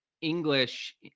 English